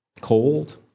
cold